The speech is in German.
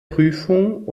prüfung